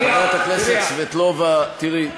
חברת הכנסת סבטלובה, תראי --- אנא,